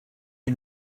you